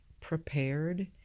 prepared